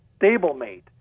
stablemate